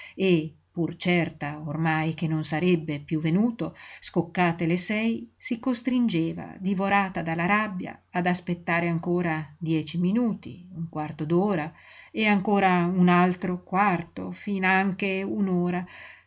e pur certa ormai che non sarebbe piú venuto scoccate le sei si costringeva divorata dalla rabbia ad aspettare ancora dieci minuti un quarto d'ora e ancora un altro quarto e finanche